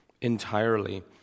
entirely